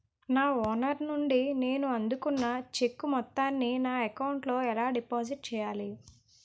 నా ఓనర్ నుండి నేను అందుకున్న చెక్కు మొత్తాన్ని నా అకౌంట్ లోఎలా డిపాజిట్ చేయాలి?